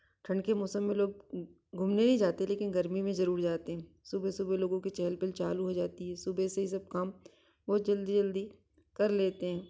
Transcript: ठण्ड के मौसम में लोग घूमने ही जाते हैं लेकिन गर्मी में जरुर जाते हैं सुबह सुबह लोगों के चहल पहल चालू हो जाती है सुबह से ही सब काम बहुत जल्दी जल्दी कर लेते हैं